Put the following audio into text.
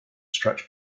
stretch